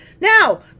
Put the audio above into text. Now